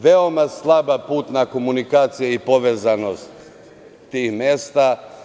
Veoma je slaba putna komunikacija i povezanost tih mesta.